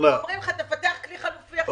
ואומרים לך לפתח כלי חלופי?